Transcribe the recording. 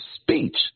speech